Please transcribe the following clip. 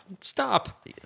stop